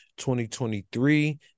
2023